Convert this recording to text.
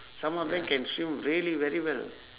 some of them can swim really very well